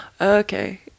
okay